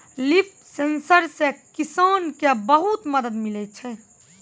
लिफ sensor से किसान के बहुत मदद मिलै छै